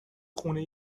خونه